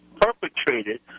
perpetrated